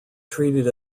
treated